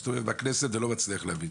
מסתובב בכנסת ולא מצליח להבין.